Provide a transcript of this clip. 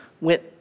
went